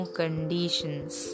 conditions